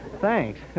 Thanks